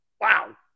wow